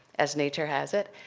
as nature has it.